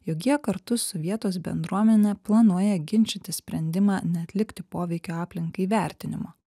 jog jie kartu su vietos bendruomene planuoja ginčyti sprendimą neatlikti poveikio aplinkai vertinimo